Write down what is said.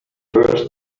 first